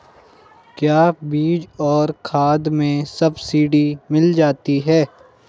क्या बीज और खाद में सब्सिडी मिल जाती है?